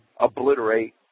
obliterate